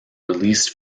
released